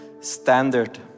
standard